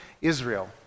Israel